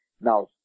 now